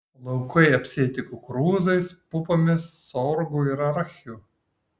laukai apsėti kukurūzais pupomis sorgu ir arachiu